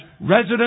residents